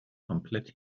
komplett